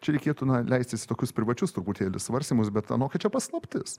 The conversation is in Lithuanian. čia reikėtų na leistis į tokius privačius truputėlį svarstymus bet anokia čia paslaptis